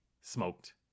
smoked